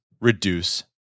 reduce